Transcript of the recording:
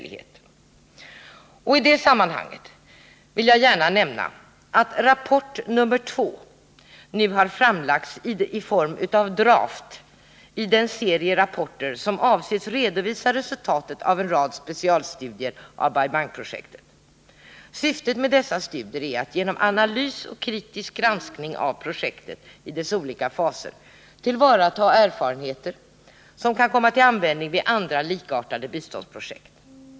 I det sammanhanget vill jag säga att rapport nr 2 nu har framlagts i form av Nr 132 draft i den serie rapporter som avses redovisa resultatet av en rad specialstudier av Bai Bang-projektet. Syftet med dessa studier är att genom analys och kritisk granskning av projektet i dess olika faser tillvarata erfarenheter som kan komma till användning vid andra likartade biståndsprojekt.